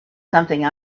something